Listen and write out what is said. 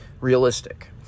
realistic